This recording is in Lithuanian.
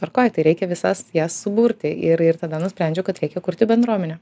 tvarkoj tai reikia visas jas suburti ir ir tada nusprendžiau kad reikia kurti bendruomenę